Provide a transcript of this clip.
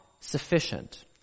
sufficient